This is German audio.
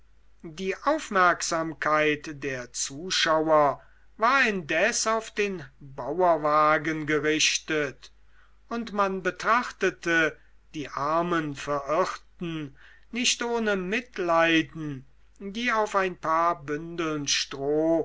die aufmerksamkeit der zuschauer war indes auf den bauerwagen gerichtet und man betrachtete die armen verirrten nicht ohne mitleiden die auf ein paar bündeln stroh